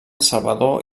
salvador